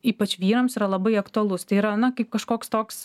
ypač vyrams yra labai aktualus tai yra na kaip kažkoks toks